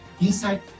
Inside